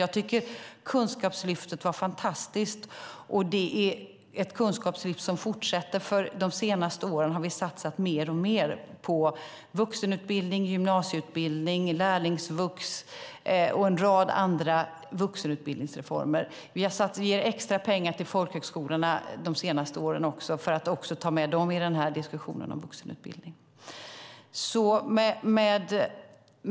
Jag tycker att Kunskapslyftet var fantastiskt, och det är ett kunskapslyft som fortsätter, för de senaste åren har vi satsat mer och mer på vuxenutbildning och gymnasieutbildning. Vi har satsat på lärlingsvux och en rad andra vuxenutbildningsreformer. Vi har också gett extra pengar till folkhögskolorna de senaste åren för att ta med dem i diskussionen om vuxenutbildning. Fru talman!